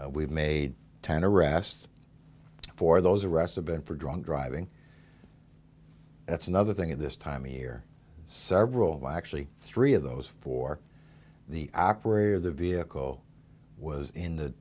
fact we've made ten arrests for those arrests have been for drunk driving that's another thing at this time of year several actually three of those for the operator of the vehicle was in the